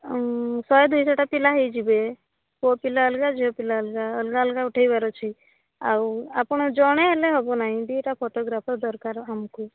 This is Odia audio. ଆ ଉଁ ଶହେ ଦୁଇଶଟା ପିଲା ହେଇଯିବେ ପୁଅ ପିଲା ଅଲଗା ଝିଅ ପିଲା ଅଲଗା ଅଲଗା ଅଲଗା ଉଠାଇବାର ଅଛି ଆଉ ଆପଣ ଜଣେ ହେଲେ ହେବ ନାହିଁ ଦୁଇଟା ଫଟୋଗ୍ରାଫର୍ ଦରକାର ଆମକୁ